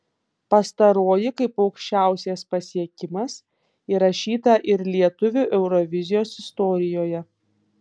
pastaroji kaip aukščiausias pasiekimas įrašyta ir lietuvių eurovizijos istorijoje